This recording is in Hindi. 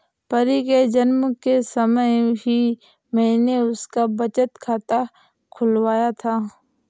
परी के जन्म के समय ही मैने उसका बचत खाता खुलवाया था